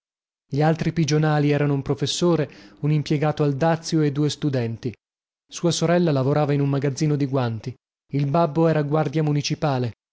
gli altri pigionali erano un professore un impiegato al dazio e due studenti sua sorella lavorava in un magazzino di guanti il babbo era guardia municipale